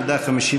נגדה,